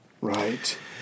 Right